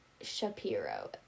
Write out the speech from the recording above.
Shapiro